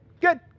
Good